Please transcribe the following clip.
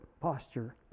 posture